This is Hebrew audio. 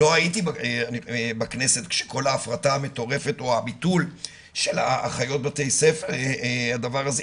לא הייתי בכנסת כשכל ההפרטה המטורפת או הביטול של אחיות בתי הספר התקבל.